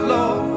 Lord